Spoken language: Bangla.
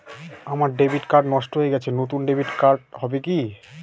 আমার ডেবিট কার্ড নষ্ট হয়ে গেছে নূতন ডেবিট কার্ড হবে কি?